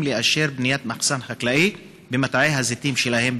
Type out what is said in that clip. לאשר בניית מחסן חקלאי במטעי הזיתים שלהם,